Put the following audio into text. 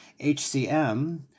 HCM